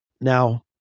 Now